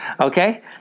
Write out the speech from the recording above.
Okay